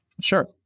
Sure